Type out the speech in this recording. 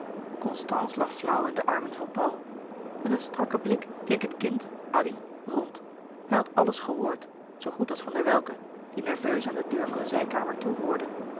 lag flauw in de armen van paul met een strakken blik keek het kind addy rond hij had alles gehoord zoo goed als van der welcke die nerveus aan de deur van de zijkamer toehoorde